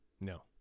No